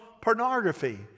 pornography